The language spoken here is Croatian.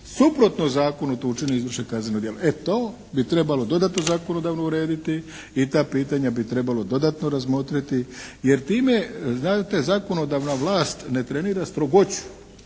suprotno zakonu to učine i izvrše kazneno djelo e to bi trebalo dodatno zakonodavno urediti i ta pitanja bi trebalo dodatno razmotriti jer time znate zakonodavna vlast ne trenira strogoću.